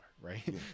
right